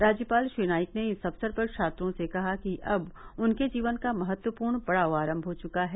राज्यपाल श्री नाईक ने इस अवसर पर छात्रों से कहा कि अब उनके जीवन का महत्वपूर्ण पड़ाव आरम्भ हो चुका है